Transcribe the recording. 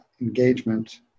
engagement